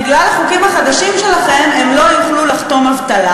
בגלל החוקים החדשים שלכם הם לא יוכלו לחתום אבטלה,